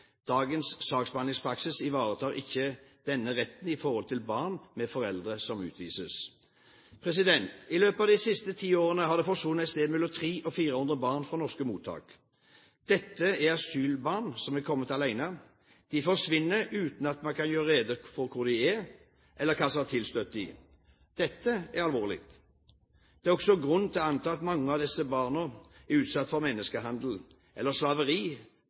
Dagens saksbehandlingspraksis ivaretar ikke denne retten overfor barn med foreldre som utvises. I løpet av de siste ti årene har det forsvunnet et sted mellom 300 og 400 barn fra norske mottak. Dette er asylbarn som er kommet alene. De forsvinner uten at man kan gjøre rede for hvor de er eller hva som har tilstøtt dem. Dette er alvorlig. Det er også grunn til å anta at mange av disse barna kan være utsatt for menneskehandel, eller slaveri,